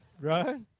Right